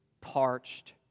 parched